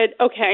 okay